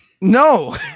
No